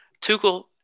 Tuchel